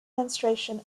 menstruation